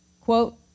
quote